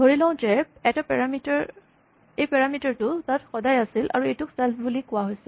ধৰি লওঁ যে এই পাৰামিটাৰ টো তাত সদায় আছিল আৰু এইটোক ছেল্ফ বুলি কোৱা হৈছে